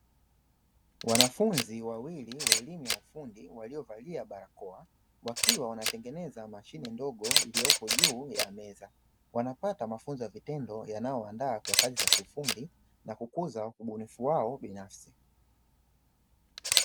Wanafunzi wawili wa elimu ya ufundi waliovalia barakoa, wakiwa wanatengeneza mashine ndogo iliyopo juu ya meza. Wanapata mafunzo ya vitendo yanayowaandaa kwa kazi za kiufundi na kukuza ubunifu wao binafsi.